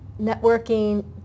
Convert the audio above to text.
networking